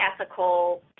ethical